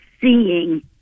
seeing